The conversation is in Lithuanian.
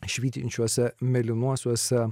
švytinčiuose mėlynuosiuose